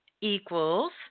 equals